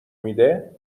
میده